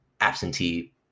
absentee